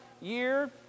year